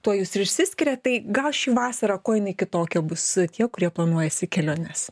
tuo jūs ir išsiskiriat tai gal ši vasara kuo jinai kitokia bus tie kurie planuojasi keliones